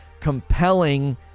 compelling